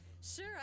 Sure